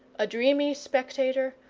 a dreamy spectator,